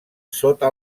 sota